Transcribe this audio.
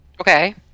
Okay